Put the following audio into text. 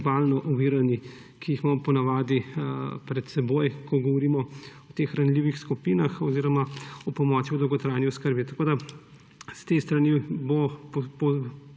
ki jih imamo ponavadi pred seboj, ko govorimo o teh ranljivih skupinah oziroma o pomoči v dolgotrajni oskrbi. S te strani bo položena